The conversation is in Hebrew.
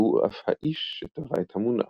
והוא אף האיש שטבע את המונח.